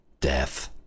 death